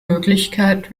möglichkeit